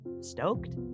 stoked